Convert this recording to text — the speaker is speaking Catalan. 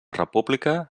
república